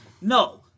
No